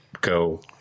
go